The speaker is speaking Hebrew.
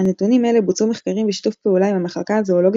על נתונים אלה בוצעו מחקרים בשת"פ עם המחלקה הזואולוגית